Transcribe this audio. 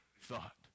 thought